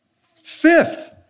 Fifth